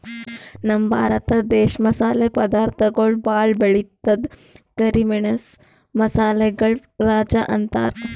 ನಮ್ ಭರತ ದೇಶ್ ಮಸಾಲೆ ಪದಾರ್ಥಗೊಳ್ ಭಾಳ್ ಬೆಳಿತದ್ ಕರಿ ಮೆಣಸ್ ಮಸಾಲೆಗಳ್ ರಾಜ ಅಂತಾರ್